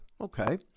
Okay